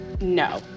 no